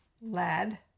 lad